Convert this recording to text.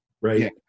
Right